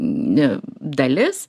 nu dalis